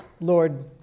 Lord